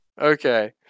Okay